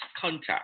contact